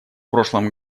прошлом